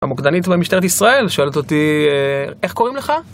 המוקדנית במשטרת ישראל שואלת אותי איך קוראים לך?